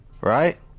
Right